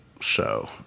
show